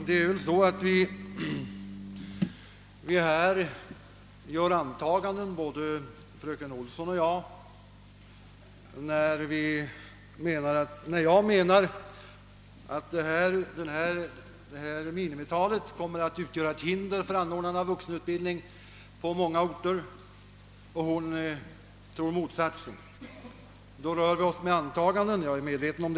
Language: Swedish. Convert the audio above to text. Herr talman! När jag anser att det föreslagna maximitalet kommer att utgöra ett hinder för anordnande av vux enutbildning på många orter och fröken Olsson anser motsatsen, så rör vi OSS båda med antaganden — det är jag medveten cm.